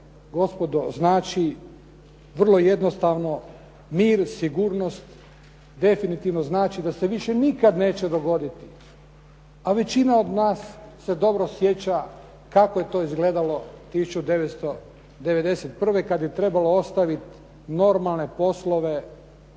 gospodo vrlo jednostavno mir, sigurnost, definitivno znači da se više nikad neće dogoditi a većina od nas se dobro sjeća kako je to izgledalo 1991. kad je trebalo ostaviti normalne poslove,